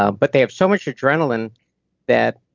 ah but they have so much adrenaline that